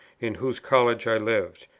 in whose college i lived,